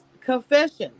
Confessions